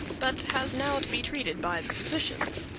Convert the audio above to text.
but has now to be treated by the physicians.